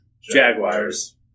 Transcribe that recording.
Jaguars